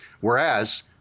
Whereas